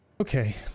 Okay